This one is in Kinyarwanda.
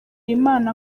imana